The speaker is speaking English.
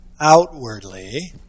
outwardly